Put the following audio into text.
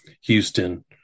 Houston